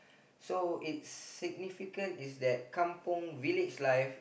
so it's significant is that kampung village life